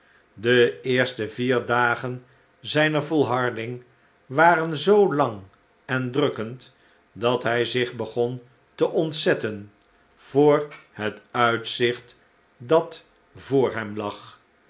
de eerste vier dagen zijner volharding waren zoo lang en drukkend dat hij zich begon te ontzetten voor het uitzicht dat voor hem lag